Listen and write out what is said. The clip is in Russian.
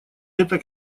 это